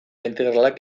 integralak